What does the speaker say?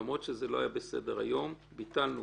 למרות שזה לא היה בסדר היום, ביטלנו